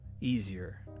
easier